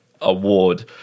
award